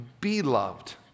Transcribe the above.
beloved